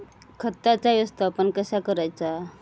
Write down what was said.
खताचा व्यवस्थापन कसा करायचा?